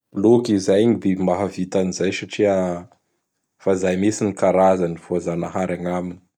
Bloky! Zay gny biby mahavita an'izay satria izay mihintsy ny karazany, voajagnahary agnaminy.